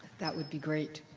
that would be great.